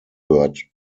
bird